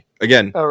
again